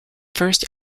first